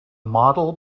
model